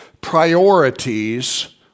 priorities